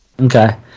Okay